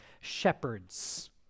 shepherds